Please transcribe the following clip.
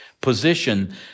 position